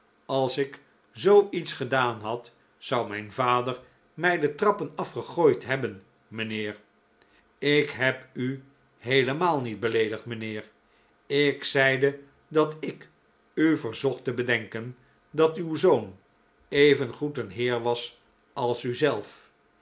als ik zoo iets gedaan had zou mijn vader mij de trappen afgegooid hebben mijnheer ik heb u heelemaal niet beleedigd mijnheer ik zeide dat ik u verzocht te bedenken dat uw zoon even goed een heer was als uzelf